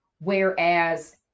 Whereas